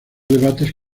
debates